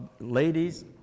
ladies